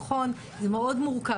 נכון, זה מאוד מורכב.